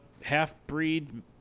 half-breed